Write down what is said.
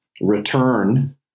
return